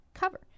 Cover